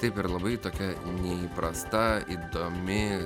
taip ir labai tokia neįprasta įdomi